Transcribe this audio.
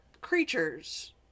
creatures